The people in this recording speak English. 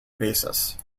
basis